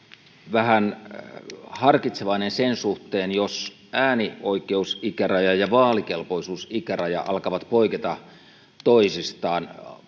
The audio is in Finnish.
vähän harkitsevainen sen suhteen, jos äänioikeusikäraja ja vaalikelpoisuusikäraja alkavat poiketa toisistaan.